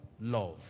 Love